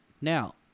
Now